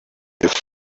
have